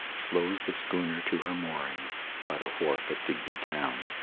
slows the schooner to her moorings by the wharf at digby town.